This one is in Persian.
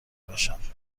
باشند